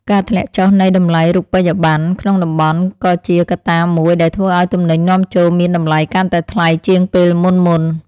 ការធ្លាក់ចុះនៃតម្លៃរូបិយបណ្ណក្នុងតំបន់ក៏ជាកត្តាមួយដែលធ្វើឱ្យទំនិញនាំចូលមានតម្លៃកាន់តែថ្លៃជាងពេលមុនៗ។